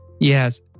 Yes